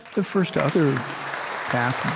the first, other path,